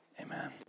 amen